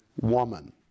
woman